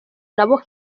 nabo